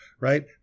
right